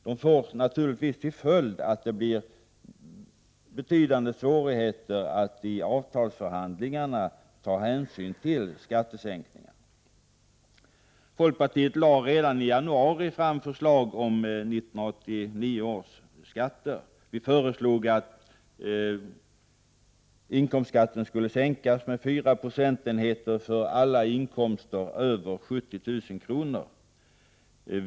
Därför blir det naturligtvis mycket svårt att ta hänsyn till skattesänkningen i avtalsförhandlingarna. Folkpartiet lade redan i januari fram förslag om 1989 års skatter. Vi föreslog att inkomstskatten skulle sänkas med 4 procentenheter för alla inkomster över 70 000 kr.